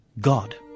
God